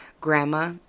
Grandma